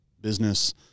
business